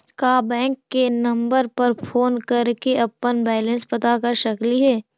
का बैंक के नंबर पर फोन कर के अपन बैलेंस पता कर सकली हे?